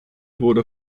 wurde